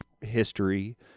history